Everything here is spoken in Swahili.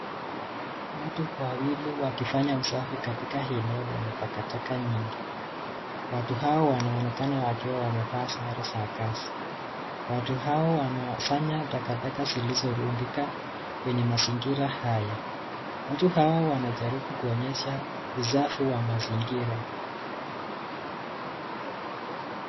Watu wawili wakifanya usafi katika eneo lenye takataka nyingi. Watu hawa wanaonekana wakiwa wamevaa sare za kazi. Watu hao wanasanya takataka zilizo rundika kwenye mazingira haya. Watu hawa wanajaribu kuonyesha usafi wa mazingira.